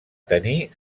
tenir